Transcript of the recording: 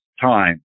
time